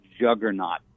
juggernaut